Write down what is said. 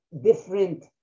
different